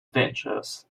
dangerous